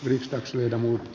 hyvä niin